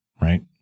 Right